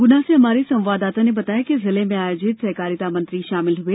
गुना से हमारे संवाददाता ने बताया कि जिले में आयोजित सहकारिता मंत्री शामिल हुए